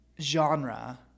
genre